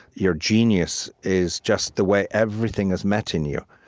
your genius is just the way everything is met in you.